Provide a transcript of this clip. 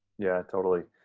yeah, totally.